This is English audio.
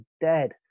dead